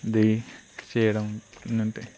దిగి చేయడం కిందుంటే